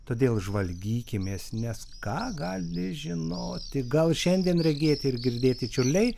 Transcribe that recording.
todėl žvalgykimės nes ką gali žinoti gal šiandien regėti ir girdėti čiurliai